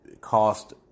cost